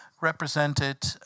represented